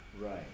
Right